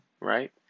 right